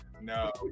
No